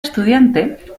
estudiante